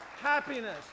happiness